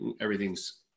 everything's